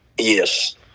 Yes